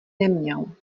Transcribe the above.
neměl